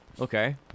Okay